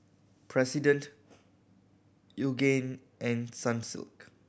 President Yoogane and Sunsilk